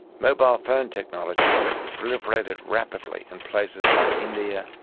mobile phone technology proliferated rapidly in places like india,